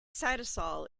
cytosol